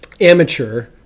amateur